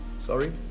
sorry